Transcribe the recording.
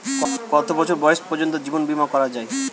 কত বছর বয়স পর্জন্ত জীবন বিমা করা য়ায়?